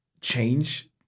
change